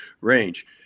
range